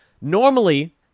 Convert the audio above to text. Normally